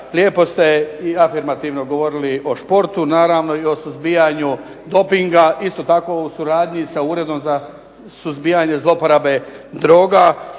Lijepo ste i ... govorili o športu i naravno o suzbijanju dopinga naravno u suradnji sa Uredom za suzbijanje zloporabe droga